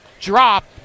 drop